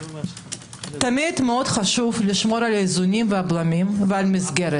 תמיד מאוד חשוב לשמור על האיזונים והבלמים ועל המסגרת.